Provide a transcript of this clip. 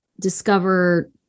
discover